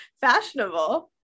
fashionable